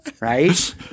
right